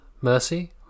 Mercy